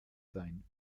sein